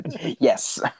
Yes